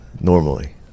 normally